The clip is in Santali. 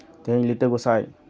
ᱛᱮᱦᱤᱧ ᱞᱤᱴᱟᱹ ᱜᱚᱥᱟᱭ